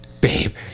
babe